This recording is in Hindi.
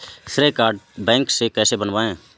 श्रेय कार्ड बैंक से कैसे बनवाएं?